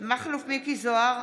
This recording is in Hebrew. מכלוף מיקי זוהר,